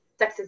sexism